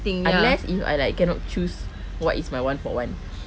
unless if I like cannot choose what is my one for one